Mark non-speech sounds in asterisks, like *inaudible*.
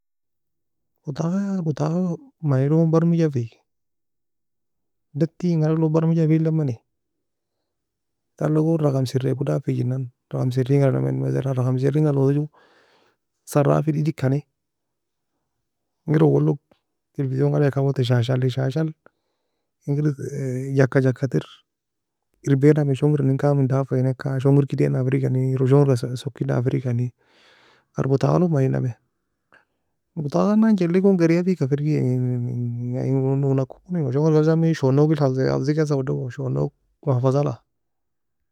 Botaga butagaga manilogo m barmijafi, netti ingalaglog barmijafilemeni, tala gon ragam serrieko dafijinan, ragam sirringa alliname meselen, ragam sirringa alosa ju sarafil idikani, engir owolog televisiong'alage kwote, shashali. Shashal engir jaka jaka ter, erbaienami shongir eni kamin dafi enka, shongirka edainanga firgikani, eron shongirka soke sokinanga firgikan, ter botagalog maninami, botagnan jely gon geriafeka firgi *hesitation* en en uoe nakomo shongirka hosan sho nogel hafzi hafzikessa shonouge mahfazala.